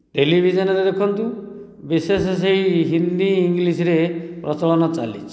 ଟେଲିଭିଜନରେ ଦେଖନ୍ତୁ ବିଶେଷ ସେହି ହିନ୍ଦୀ ଇଂଲିଶରେ ପ୍ରଚଳନ ଚାଲିଛି